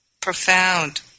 Profound